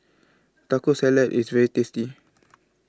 Taco Salad IS very tasty